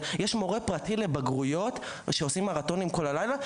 כשיש מורים פרטיים ומרתונים של למידה כל הלילה,